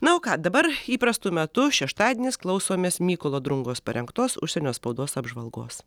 na o ką dabar įprastu metu šeštadienis klausomės mykolo drungos parengtos užsienio spaudos apžvalgos